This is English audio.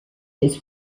his